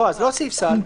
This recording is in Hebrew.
אז לא סעיף סל.